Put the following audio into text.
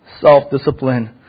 Self-discipline